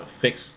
fix